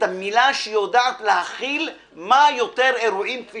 מילה שיודעת להכיל כמה שיותר אירועים כפי